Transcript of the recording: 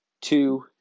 two